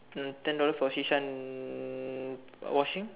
mm ten dollars for Shisha and washing